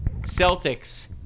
Celtics